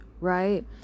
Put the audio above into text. right